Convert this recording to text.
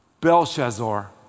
Belshazzar